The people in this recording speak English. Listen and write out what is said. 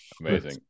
amazing